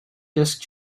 disc